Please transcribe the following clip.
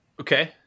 Okay